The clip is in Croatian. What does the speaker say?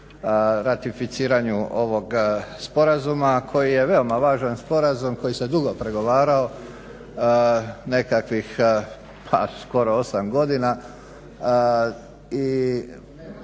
ratificiranju ovog sporazuma koji je veoma važan sporazum koji se dugo pregovarao, nekakvih pa skoro 8 godina i